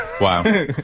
Wow